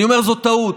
אני אומר שזו טעות.